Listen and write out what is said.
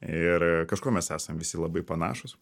ir kažkuo mes esam visi labai panašūs